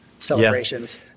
celebrations